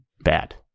Bad